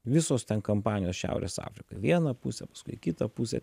visos ten kampanijos šiaurės afrikoj į vieną pusę paskui į kitą pusę